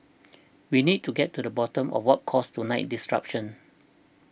we need to get to the bottom of what caused tonight's distraction